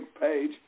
Page